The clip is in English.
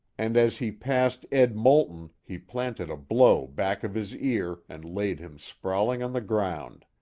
and as he passed ed. moulton he planted a blow back of his ear, and laid him sprawling on the ground.